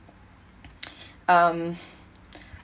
um